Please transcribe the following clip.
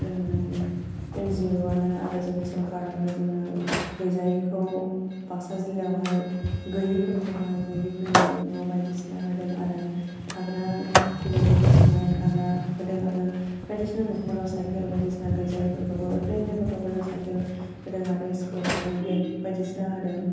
जोंनि एनजिअआनो आरो जोंनि सरकारानो जोंनो गैजायैखौ बाक्सा जिल्लायावहाय गैयैफोरखौहाय गैयैफोरनो न' बायदिसिना होदों आरो थाग्रा खुलि गैयैफोरखौहाय थाग्रा होदों आरो बायदिसिना न'खराव साइखेल बायदिसिना गैजायैफोरखौबो ओन्दै ओन्दै गथ'फोरनो साइकेल होदों आरो स्कुलफोरावबो बेग बायदिसिना होदों